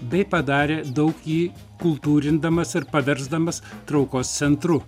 bei padarė daug jį kultūrindamas ir paversdamas traukos centru